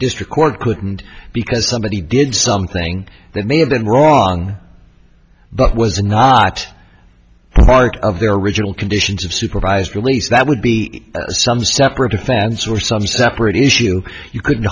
district court couldn't because somebody did something that may have been wrong but was not part of their original conditions of supervised release that would be some separate offense or some separate issue you could